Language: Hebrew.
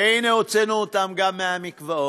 והנה, הוצאנו אותם גם מהמקוואות,